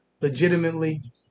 legitimately